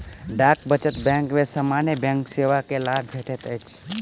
डाक बचत बैंक में सामान्य बैंक सेवा के लाभ भेटैत अछि